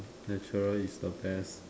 natural is the best